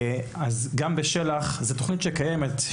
גם בשל"ח זוהי תכנית קיימת,